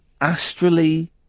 astrally